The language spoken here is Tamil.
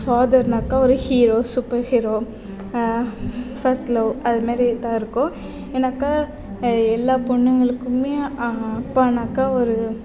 ஃபாதர்னாக்கால் ஒரு hero super hero first love அது மாதிரிதான் இருக்கும் ஏன்னாக்கால் எல்லா பொண்ணுங்களுக்குமே அப்பானாக்க ஒரு